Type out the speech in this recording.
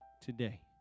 today